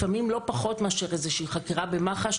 לפעמים לא פחות מאשר איזה שהיא חקירה במח"ש.